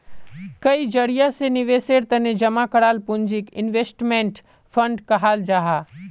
कई जरिया से निवेशेर तने जमा कराल पूंजीक इन्वेस्टमेंट फण्ड कहाल जाहां